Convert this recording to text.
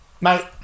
Mate